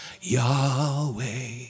Yahweh